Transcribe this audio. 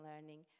learning